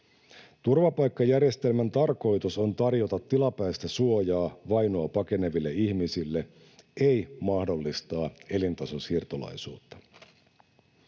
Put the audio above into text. Turvapaikkajärjestelmän tarkoitus on tarjota tilapäistä suojaa vainoa pakeneville ihmisille, ei mahdollistaa elintasosiirtolaisuutta.